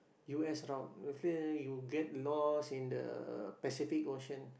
U_S drought after you get lost in the Pacific Ocean